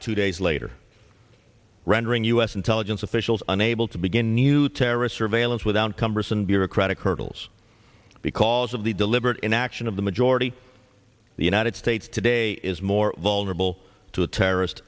two days later rendering u s intelligence officials unable to begin new terrorist surveillance without cumbersome bureaucratic hurdles because of the deliberate inaction of the majority the united states today is more vulnerable to a terrorist